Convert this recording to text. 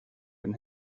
den